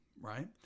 right